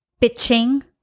pitching